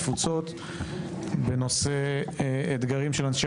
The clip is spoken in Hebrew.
קליטה ותפוצות בנושא אתגרים של אנשי